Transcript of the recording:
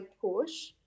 push